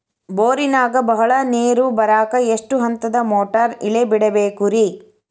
ಬೋರಿನಾಗ ಬಹಳ ನೇರು ಬರಾಕ ಎಷ್ಟು ಹಂತದ ಮೋಟಾರ್ ಇಳೆ ಬಿಡಬೇಕು ರಿ?